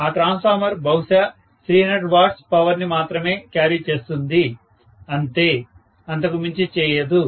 ఆ ట్రాన్స్ఫార్మర్ బహుశా 300 W power ని మాత్రమే క్యారీ చేస్తుంది అంతే అంతకు మించి చేయదు